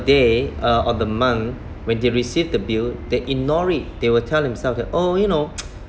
day uh or the month when they receive the bill they ignore it they will tell themself that oh you know